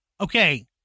okay